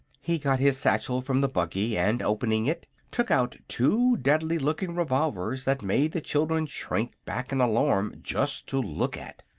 he got his satchel from the buggy and, opening it, took out two deadly looking revolvers that made the children shrink back in alarm just to look at.